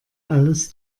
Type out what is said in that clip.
alles